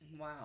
Wow